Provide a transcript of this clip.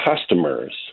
customers